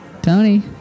Tony